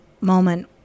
moment